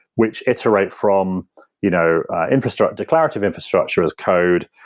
which iterate from you know infrastructure declarative infrastructure as code,